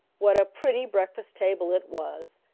what a pretty breakfast table it was!